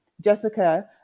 Jessica